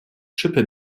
schippe